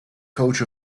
coach